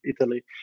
italy